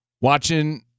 Watching